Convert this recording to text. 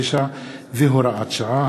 59 והוראת שעה),